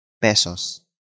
pesos